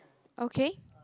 okay